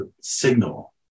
signal